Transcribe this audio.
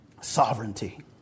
Sovereignty